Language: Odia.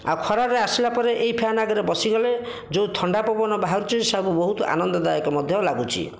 ଆଉ ଖରାରୁ ଆସିଲା ପରେ ଏଇ ଫ୍ୟାନ୍ ଆଗରେ ବସିଗଲେ ଯେଉଁ ଥଣ୍ଡା ପବନ ବାହାରୁଛି ସବୁ ବହୁତ ଆନନ୍ଦଦାୟକ ମଧ୍ୟ ଲାଗୁଛି